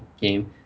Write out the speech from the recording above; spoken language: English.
game